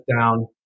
down